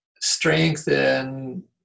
strengthen